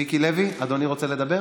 מיקי לוי, אדוני רוצה לדבר?